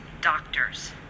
doctors